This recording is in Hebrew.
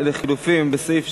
"לחלופין" בסעיף 2,